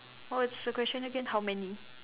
what's your question again how many